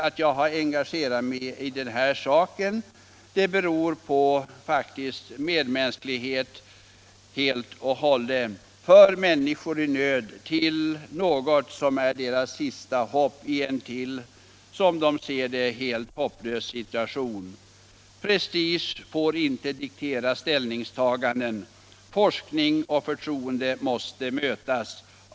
Att jag har engagerat mig i den här saken beror faktiskt helt och hållet på medmänsklighet. För människor i nöd är detta deras sista hopp i en som de ser det i övrigt helt hopplös situation. Prestige får då inte diktera våra ställningstaganden, utan forskningen måste mötas med förtroende.